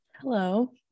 hello